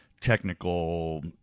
technical